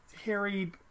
Harry